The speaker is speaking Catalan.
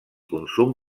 consum